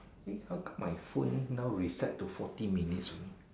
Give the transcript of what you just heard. eh how come my phone now reset to forty minutes only